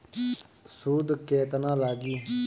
सूद केतना लागी?